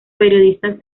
periodistas